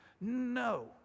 no